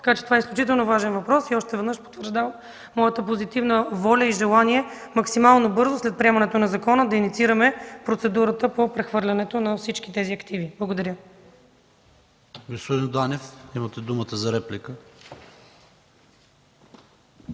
област. Това е изключително важен въпрос и още веднъж потвърждава моята позитивна роля и желание максимално бързо след приемането на закона да инициираме процедурата по прехвърлянето на всички тези активи. Благодаря.